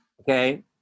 Okay